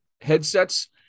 headsets